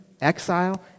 exile